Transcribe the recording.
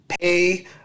pay